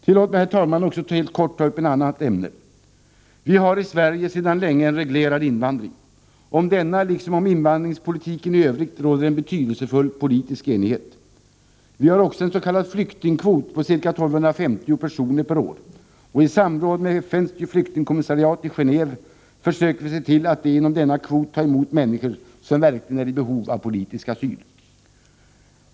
Tillåt mig, herr talman, att helt kort ta upp ett annat ämne. Vi har i Sverige sedan länge en reglerad invandring. Om denna liksom om invandringspolitiken i övrigt råder en betydelsefull politisk enighet. Vi har också en s.k. flyktingkvot på ca 1 250 personer per år, och i samråd med FN:s flyktingkommissariat i Geneve försöker vi se till att inom denna kvot ta emot människor, som verkligen är i behov av politisk asyl.